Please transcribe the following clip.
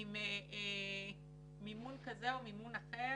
עם מימון כזה או אחר